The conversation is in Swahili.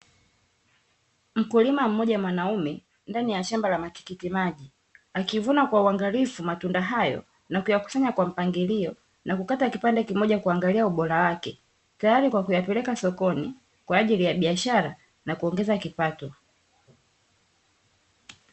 Mkulima mmoja mwanaume ndani ya shamba la matikiti maji akivuna kwa uangalifu matunda hayo na kuyakusanya kwa mpangilio na kukata kipande kimoja kuangalia ubora wake tayari kwa kuyapeleka sokoni kwa ajili ya biashara na kuongeza kipato.